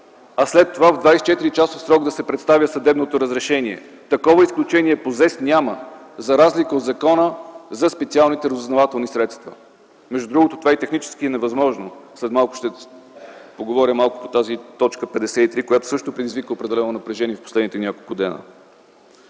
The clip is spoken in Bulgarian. а след това в 24-часов срок да се представи съдебното разрешение. Такова изключение по ЗЕС няма, за разлика от Закона за специалните разузнавателни средства. Между другото, това е и технически невъзможно, след малко ще говоря по тази т. 53, която също предизвика определено напрежение през последните няколко дни.